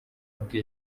bwe